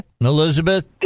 elizabeth